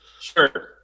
sure